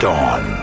Dawn